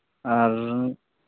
ᱟᱨ